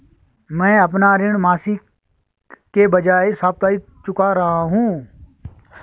मैं अपना ऋण मासिक के बजाय साप्ताहिक चुका रहा हूँ